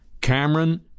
cameron